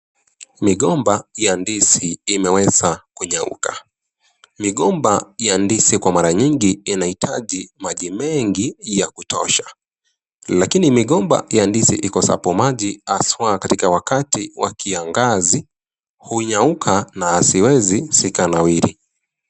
Migomba ya ndizi imeweza kunyauka. Migomba ya ndizi kwa mara nyingi, inahitaji maji mengi ya kutosha lakini migomba ya ndizi ikosapo maji haswa katika wakati wa kiangazi, hunyauka na haziwezi zika nawiri.